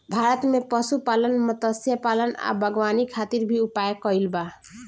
भारत में पशुपालन, मत्स्यपालन आ बागवानी खातिर भी उपाय कइल बा